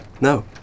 No